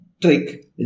trick